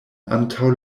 antaŭ